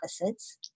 opposites